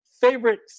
favorite